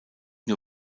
nur